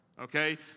okay